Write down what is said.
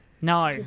No